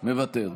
מוותר.